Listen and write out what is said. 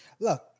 Look